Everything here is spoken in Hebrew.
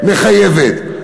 מחייבת,